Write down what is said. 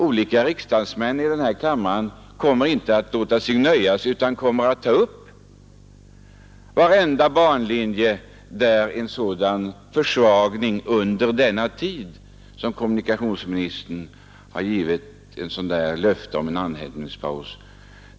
Olika riksdagsmän här i kammaren kommer ju inte att låta sig nöja utan kommer att ta upp varenda bandel där en försvagning sker under denna tid, som enligt kommunikationsministerns löfte skulle vara en andhämtningspaus.